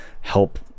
help